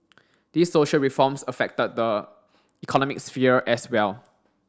these social reforms affected the economic sphere as well